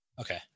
Okay